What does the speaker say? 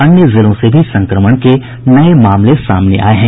अन्य जिलों से भी संक्रमण के नये मामले सामने आये हैं